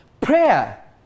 Prayer